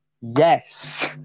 Yes